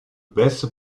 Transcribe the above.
bässe